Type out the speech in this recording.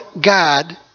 God